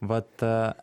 va ta